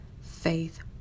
Faith